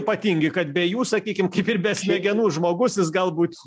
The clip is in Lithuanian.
ypatingi kad be jų sakykim kaip ir be smegenų žmogus jis galbūt